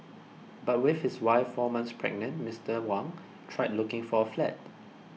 but with his wife four months pregnant Mister Wang tried looking for a flat